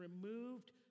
removed